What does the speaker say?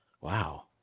wow